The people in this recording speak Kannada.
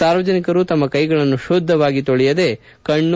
ಸಾರ್ವಜನಿಕರು ತಮ್ಮ ಕೈಗಳನ್ನು ಶುಧವಾಗಿ ತೊಳೆಯದೆ ಕಣ್ಣು